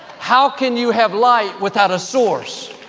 how can you have light without a source?